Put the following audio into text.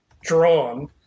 drawn